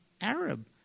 Arab